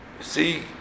see